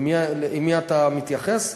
למי אתה מתייחס?